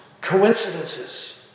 coincidences